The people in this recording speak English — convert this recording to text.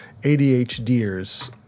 ADHDers